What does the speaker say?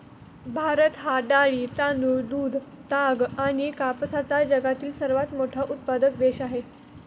भारत हा डाळी, तांदूळ, दूध, ताग आणि कापसाचा जगातील सर्वात मोठा उत्पादक देश आहे